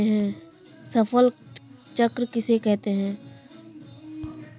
फसल चक्र किसे कहते हैं?